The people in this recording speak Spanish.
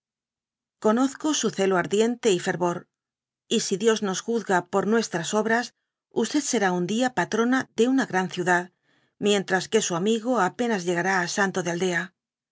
conozco su zelo y ardiente fervor y si dios nos jnzga por nuestras obras usted será un dia patrona de una gian ciudad mientras que su amigo apenas llegará á santo de aldea